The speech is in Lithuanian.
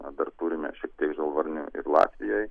dar turime šiek tiek žalvarnių ir latvijoj